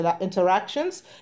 interactions